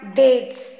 dates